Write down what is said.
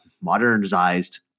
modernized